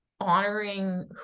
honoring